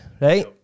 right